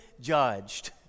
judged